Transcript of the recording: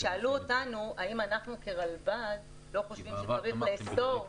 שאלו אותנו האם אנחנו כרלב"ד לא חושבים שצריך לאסור